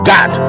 God